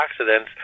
antioxidants